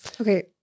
okay